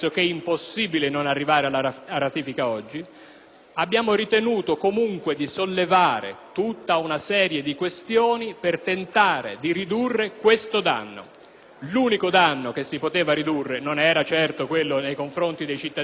Abbiamo ritenuto, comunque, di sollevare tutta una serie di questioni per tentare di ridurre questo danno, e l'unico che si poteva ridurre non era certo quello nei confronti dei cittadini libici. A chi parla